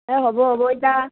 অঁ হ'ব হ'ব ইতা